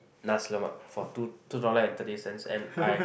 Nasi-Lemak for two two dollar and thirty cents and I